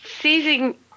seizing